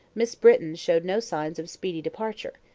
miss britton showed no signs of speedy departure.